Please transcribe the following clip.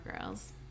Girls